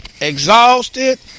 Exhausted